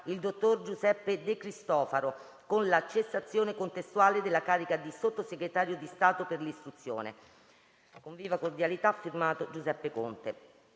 il dott. Giuseppe DE CRISTOFARO, con la cessazione contestuale dalla carica di Sottosegretario di Stato per l'Istruzione. Con viva cordialità, *f.to*Giuseppe CONTE».